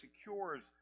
secures